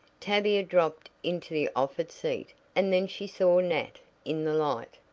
tavia dropped into the offered seat, and then she saw nat in the light.